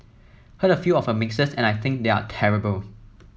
heard a few of her mixes and I think they are terrible